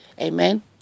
Amen